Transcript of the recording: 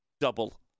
Double